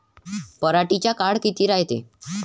पराटीचा काळ किती रायते?